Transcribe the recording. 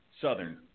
southern